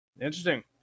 Interesting